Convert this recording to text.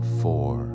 four